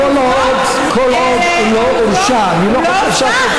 כל עוד הוא לא הורשע, אני לא חושב, הוא לא הורשע.